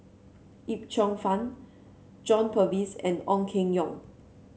Yip Cheong Fun John Purvis and Ong Keng Yong